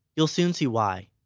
you'll soon see why.